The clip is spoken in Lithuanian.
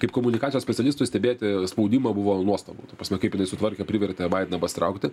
kaip komunikacijos specialistui stebėti spaudimą buvo nuostabu ta prasme kaip sutvarkė privertė baideną pasitraukti